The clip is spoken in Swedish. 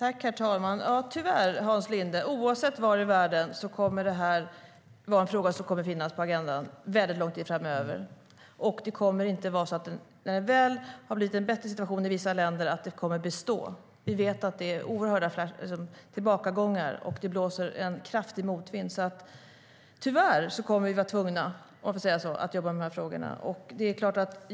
Herr talman! Tyvärr är det här en fråga som kommer att finnas på agendan under en väldigt lång tid framöver, Hans Linde, oavsett var i världen det gäller. Det kommer inte att vara så att det består när det väl har blivit en bättre situation i vissa länder. Vi vet att det är oerhörda tillbakagångar och att det blåser en kraftig motvind. Tyvärr, om man får säga så, kommer vi alltså att vara tvungna att jobba med de här frågorna.